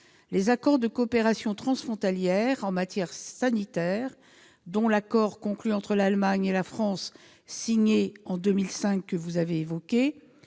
Les accords de coopération transfrontalière en matière sanitaire, notamment l'accord conclu entre l'Allemagne et la France et signé en 2005, sont des